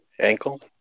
Ankle